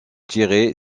tiré